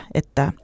että